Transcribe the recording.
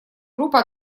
группа